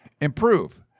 Improve